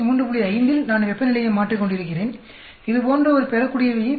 5 இல் நான் வெப்பநிலையை மாற்றிக் கொண்டிருக்கிறேன் இது போன்ற ஒரு பெறக்கூடியவையைப் பெறுகிறேன்